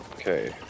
okay